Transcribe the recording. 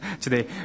today